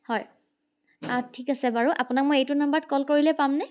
হয় অঁ ঠিক আছে বাৰু আপোনাক মই এইটো নম্বৰত কল কৰিলে পাম নে